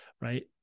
right